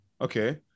Okay